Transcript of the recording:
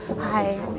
hi